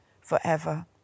forever